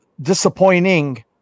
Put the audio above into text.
disappointing